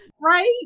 right